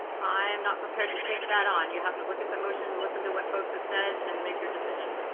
i'm not prepared to take that on. you'll have to look at the motion and listen to what folks have said and then make your decision.